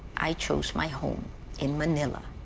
i choose my home in manila,